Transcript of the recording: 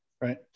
Right